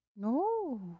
No